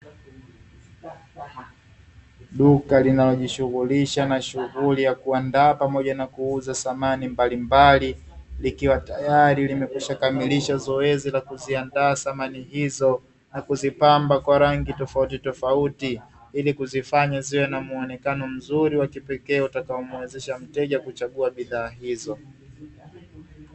Duka linalojishughulisha na shughuli ya kuandaa pamoja na kuuza samani mbalimbali, likiwa tayari limekwishakamilisha zoezi la kuziandaa samani hizo na kuzipamba kwa rangi tofautitofauti; ili kuzifanya ziwe na muonekano mzuri wa kipekee utakaomwezesha mteja kuchagua bidhaa hizo.